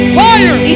fire